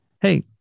hey